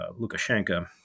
Lukashenko